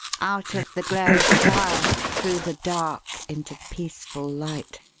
out of the glare of fire, through the dark, into peaceful light.